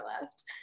left